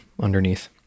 underneath